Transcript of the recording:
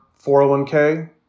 401k